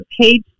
page